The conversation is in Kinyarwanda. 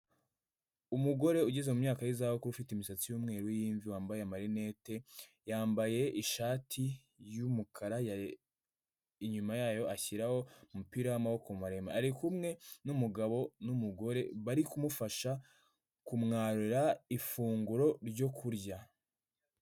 Umugore ugeze mu myaka y'izabukuru ufite imisatsi y'umweru y'imvi, wambaye amarinete, yambaye ishati y'umukara, inyuma yayo ashyiraho umupira w'amaboko maremare, ari kumwe n'umugabo n'umugore bari kumufasha kumwarurira ifunguro ryo kurya.